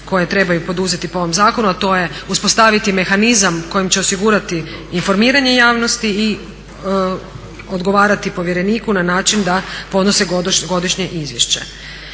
koje trebaju poduzeti po ovom zakonu, a to je uspostaviti mehanizam kojim će osigurati informiranje javnosti i odgovarati povjereniku na način da podnose godišnje izvješće.